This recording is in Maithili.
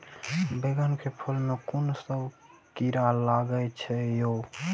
बैंगन के फल में कुन सब कीरा लगै छै यो?